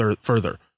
further